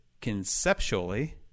conceptually